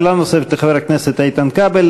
שאלה נוספת לחבר הכנסת איתן כבל.